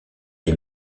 des